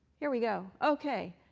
here we go. ok,